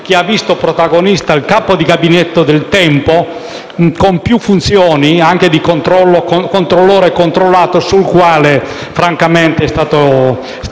il capo di gabinetto del tempo con più funzioni, sia di controllore che di controllato, sulla quale francamente è stato steso